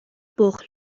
بخل